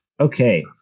okay